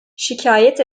şikayet